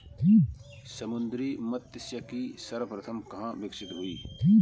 समुद्री मत्स्यिकी सर्वप्रथम कहां विकसित हुई?